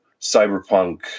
Cyberpunk